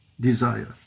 desire